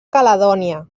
caledònia